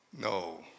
No